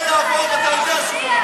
החוק הזה לא יעבור, ואתה יודע שהוא לא יעבור.